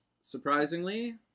Surprisingly